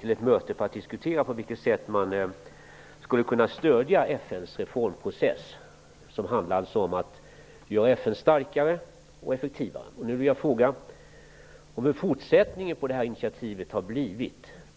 till ett möte för att diskutera på vilket sätt man skulle kunna stödja FN:s reformprocess som går ut på att göra FN starkare och effektivare. Nu vill jag fråga om det har blivit en fortsättning på det här initiativet.